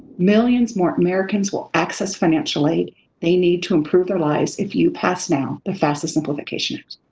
millions more americans will access financial aid they need to improve their lives if you pass now the fasfa simplification act.